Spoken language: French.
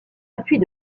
appuis